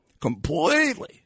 completely